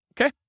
okay